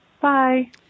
Bye